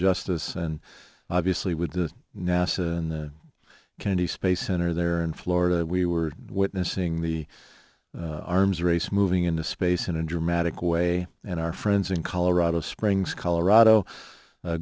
justice and obviously with the nasa and the kennedy space center there in florida we were witnessing the arms race moving into space in a dramatic way and our friends in colorado springs colorado a